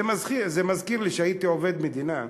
זה מזכיר לי, כשהייתי עובד מדינה,